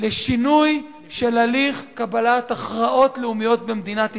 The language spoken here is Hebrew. לשינוי של הליך קבלת הכרעות לאומיות במדינת ישראל.